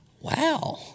wow